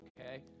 okay